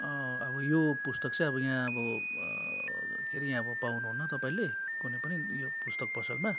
अब यो पुस्तक चाहिँ अब यहाँ अब के अरे यहाँ अब पाउनुहुन्न तपाईँले कुनै पनि यो पुस्तक पसलमा